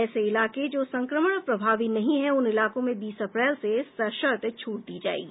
ऐसे इलाके जो संक्रमण प्रभावी नहीं हैं उन इलाकों में बीस अप्रैल से सशर्त छूट दी जाएगी